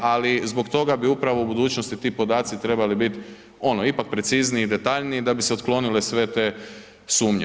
Ali zbog toga bi upravo u budućnosti ti podaci trebali biti ono ipak precizniji i detaljniji da bi se otklonile sve te sumnje.